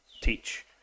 teach